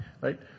right